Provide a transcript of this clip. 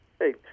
Hey